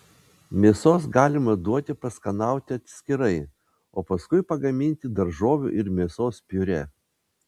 mėsos galima duoti paskanauti atskirai o paskui pagaminti daržovių ir mėsos piurė